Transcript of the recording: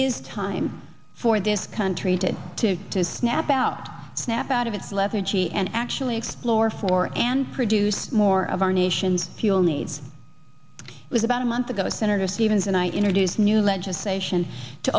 is time for this country to to to snap out snap out of its leverage e and actually explore for and produce more of our nation's fuel needs was about a month ago senator stevens and i introduced new legislation to